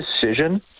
decision